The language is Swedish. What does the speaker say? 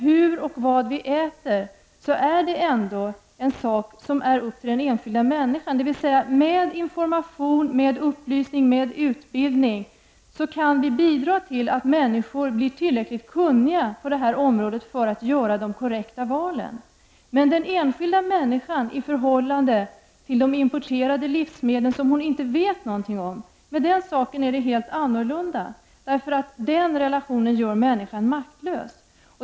Hur och vad vi äter är ändå en sak som är upp till den enskilda människan. Med information, upplysning och utbildning kan vi bidra till att människor blir tillräckligt kunniga på det här området för att kunna göra de korrekta valen. Det är helt annorlunda med de importerade livsmedlen, som man inte vet någonting om, därför att den relationen gör människan maktlös.